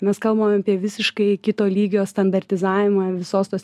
mes kalbam apie visiškai kito lygio standartizavimą visos tos